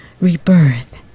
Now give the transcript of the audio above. rebirth